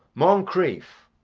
moncrieff!